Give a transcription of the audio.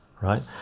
right